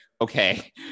okay